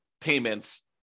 payments